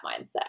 mindset